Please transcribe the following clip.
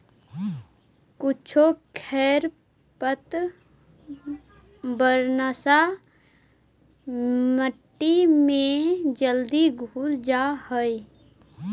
कुछो खेर पतवारनाश मट्टी में जल्दी घुल जा हई